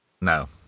No